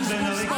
לפני.